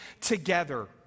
together